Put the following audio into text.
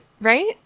Right